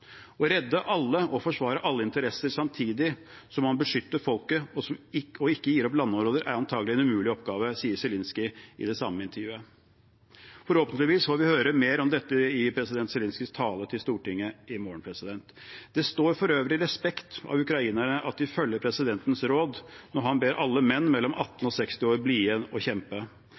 Å redde alle og forsvare alle interesser samtidig som man beskytter folket og ikke gir opp landområder, er antakelig en umulig oppgave, sier Zelenskyj i det samme intervjuet. Forhåpentligvis får vi høre mer om dette i president Zelenskyjs tale til Stortinget i morgen. Det står for øvrig respekt av ukrainerne og at de følger presidentens råd når han ber alle menn mellom 18 og 60 år om å bli igjen og kjempe.